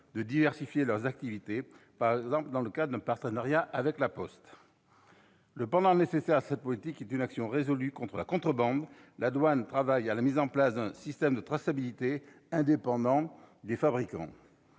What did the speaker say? de diversifier leurs activités, par exemple dans le cadre d'un partenariat avec La Poste. Le nécessaire pendant de cette politique est une action résolue contre la contrebande. La douane travaille à la mise en place d'un système de traçabilité indépendant des fabricants.